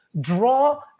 draw